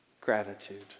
gratitude